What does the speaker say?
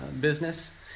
business